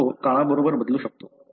तो काळाबरोबर बदलू शकतो